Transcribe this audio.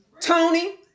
Tony